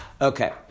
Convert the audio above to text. Okay